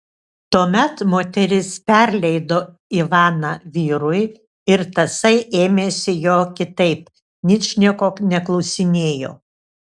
tuomet moteris perleido ivaną vyrui ir tasai ėmėsi jo kitaip ničnieko neklausinėjo